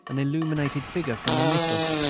an illuminated figure from a missal.